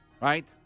right